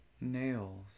Nails